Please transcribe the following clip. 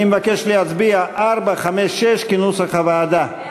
אני מבקש להצביע על 4, 5, 6 כנוסח הוועדה.